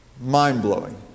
Mind-blowing